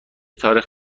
تاریخ